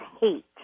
hate